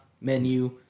menu